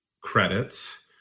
credits